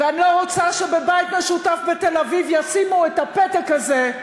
ואני לא רוצה שבבית משותף בתל-אביב ישימו את הפתק הזה,